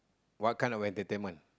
what kind of entertainment